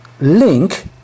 link